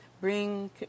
bring